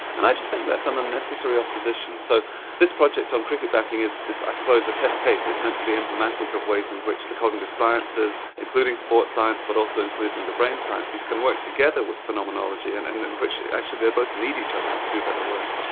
and i just think that's an unnecessary opposition. so this project on cricket batting is, i suppose, a test case. it's meant to be emblematic of ways in which the cognitive sciences, including sports science but also including the brain sciences, can work together with phenomenology, and and in which actually they both need each other to do better work.